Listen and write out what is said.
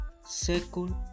second